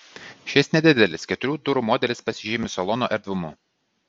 šis nedidelis keturių durų modelis pasižymi salono erdvumu